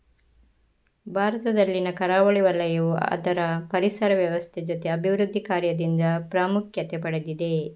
ಭಾರತದಲ್ಲಿನ ಕರಾವಳಿ ವಲಯವು ಅದರ ಪರಿಸರ ವ್ಯವಸ್ಥೆ ಜೊತೆ ಅಭಿವೃದ್ಧಿ ಕಾರ್ಯದಿಂದ ಪ್ರಾಮುಖ್ಯತೆ ಪಡೆದಿದೆ